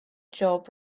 job